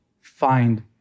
find